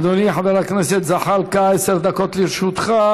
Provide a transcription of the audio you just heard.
אדוני חבר הכנסת זחאלקה, עשר דקות לרשותך.